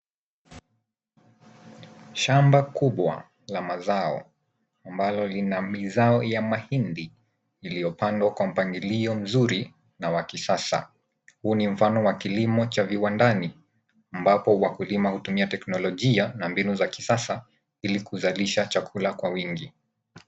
Shamba kubwa la mazao ambalo lina mizao ya mahindi iliyopandwa kwa mpangilio mzuri na wa kisasa. Huu ni mfano wa kilimo cha viwandani ambapo wakulima hutumia teknolojia na mbinu za kisasa ili kuzalisha chakula kwa wingi.